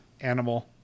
animal